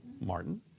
Martin